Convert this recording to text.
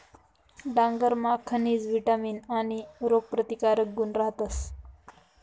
डांगरमा खनिज, विटामीन आणि रोगप्रतिकारक गुण रहातस